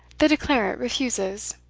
the declarant refuses.